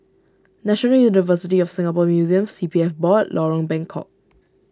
National University of Singapore Museums C P F Board and Lorong Bengkok